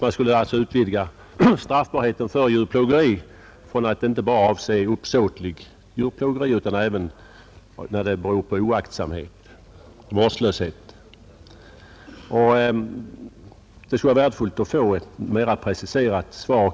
Man skulle alltså utvidga straffbarheten till att avse inte bara uppsåtligt djurplågeri utan även djurplågeri som beror på oaktsamhet eller vårdslöshet. Det skulle vara värdefullt att få ett mer preciserat svar.